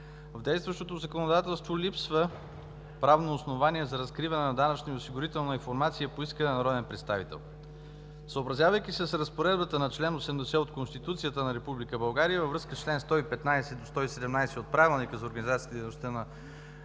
В действащото законодателство липсва правно основание за разкриване на данъчна и осигурителна информация по искане на народен представител. Съобразявайки се с разпоредбата на чл. 80 от Конституцията на Република България, във връзка чл. 115 до 117 от Правилника за